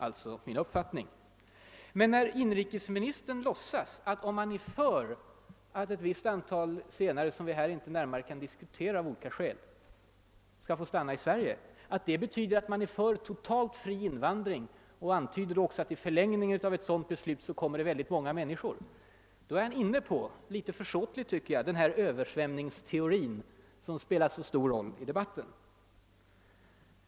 Inrikesministern antyder att det förhållandet, att man är för att ett antal zi genare — som vi av olika skäl inte här kan diskutera just nu — skall få stanna i Sverige, innebär att man är för en totalt fri invandring. Han tycks mena att förlängningen av ett sådant beslut betyder att oerhört många flyktingar kommer hit. Då är han litet försåtligt inne på »översvämningsteorin«, som spelar så stor roll i debatten.